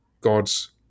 God's